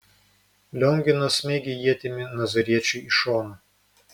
lionginas smeigė ietimi nazariečiui į šoną